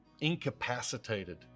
incapacitated